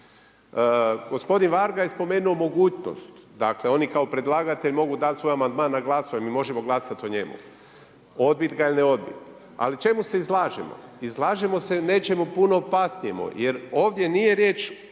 Gospodin Varga je spomenuo mogućnosti, dakle oni kao predlagatelji mogu dati svoj amandman na glasanje, mi možemo glasati o njemu, odbiti ga ili ne odbiti ali čemu se izlažemo? Izlažemo se nečemu puno opasnijem jer ovdje nije riječ